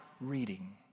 reading